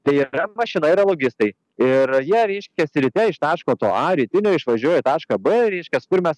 tai yra mašina yra logistai ir jie reiškias ryte iš taško to a rytinio išvažiuoja į tašką b reiškias kur mes